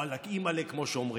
ואלכ, אימאל'ה, כמו שאומרים.